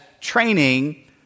training